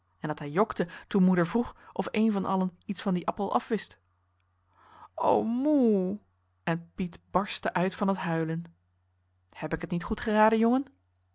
en dat hij jokte toen moeder vroeg of een van allen iets van dien appel afwist o moe en piet barstte uit van het huilen heb ik het niet goed geraden jongen